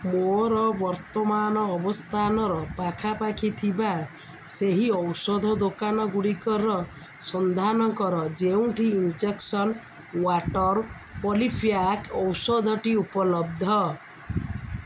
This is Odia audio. ମୋର ବର୍ତ୍ତମାନ ଅବସ୍ଥାନର ପାଖାପାଖି ଥିବା ସେହି ଔଷଧ ଦୋକାନଗୁଡ଼ିକର ସନ୍ଧାନ କର ଯେଉଁଠି ଇଞ୍ଜେକ୍ସନ୍ ୱାଟର୍ ପଲିପ୍ୟାକ୍ ଔଷଧଟି ଉପଲବ୍ଧ